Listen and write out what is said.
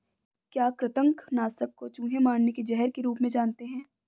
क्या कृतंक नाशक को चूहे मारने के जहर के रूप में जानते हैं?